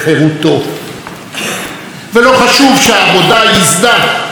ולא חשוב שהעבודה ייסדה את ההתיישבות ביהודה ושומרון,